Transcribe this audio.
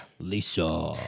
Lisa